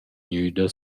gnüda